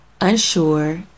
unsure